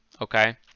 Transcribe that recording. okay